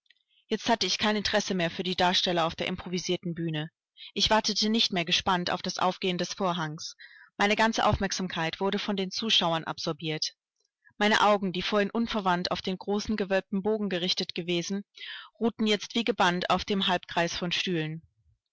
jetzt hatte ich kein interesse mehr für die darsteller auf der improvisierten bühne ich wartete nicht mehr gespannt auf das aufgehen des vorhangs meine ganze aufmerksamkeit wurde von den zuschauern absorbiert meine augen die vorhin unverwandt auf den großen gewölbten bogen gerichtet gewesen ruhten jetzt wie gebannt auf dem halbkreis von stühlen